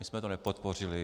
My jsme to nepodpořili.